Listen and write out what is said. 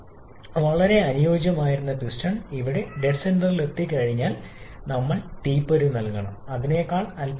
സമ്മർദ്ദ താപനില അനുയോജ്യമായ ചക്രം സൃഷ്ടിച്ച ശ്രേണികൾ യഥാർത്ഥ പ്രവർത്തനത്തേക്കാൾ വളരെ അകലെയാണ്